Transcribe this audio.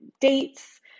dates